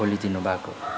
खोलिदिनु भएको